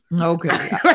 Okay